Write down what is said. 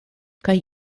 kaj